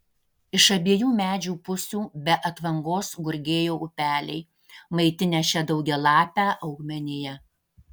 iš abiejų medžių pusių be atvangos gurgėjo upeliai maitinę šią daugialapę augmeniją